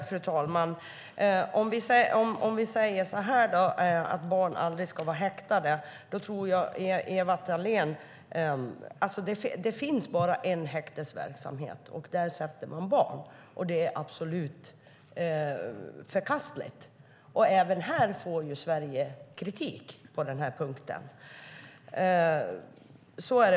Fru talman! När det gäller att barn aldrig ska vara häktade vill jag säga att det bara finns en häktesverksamhet, och där sätter man barn. Det är absolut förkastligt. Även på denna punkt får Sverige kritik. Så är det.